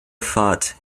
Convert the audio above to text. fought